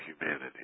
humanity